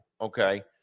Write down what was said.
Okay